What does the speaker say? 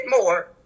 more